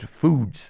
foods